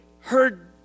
heard